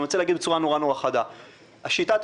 אני רוצה להגיד בצורה נורא-נורא חדה: שיטת